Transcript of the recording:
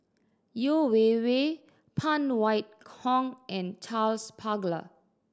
Yeo Wei Wei Phan Wait Hong and Charles Paglar